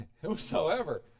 whosoever